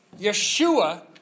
Yeshua